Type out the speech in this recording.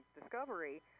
discovery